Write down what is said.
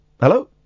hello